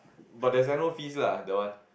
but there's annual fees lah that one